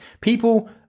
people